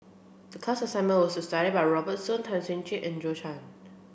the class assignment was to study about Robert Soon Tan Chuan Jin and Zhou Can